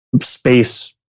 space